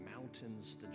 mountains